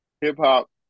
hip-hop